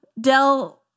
Dell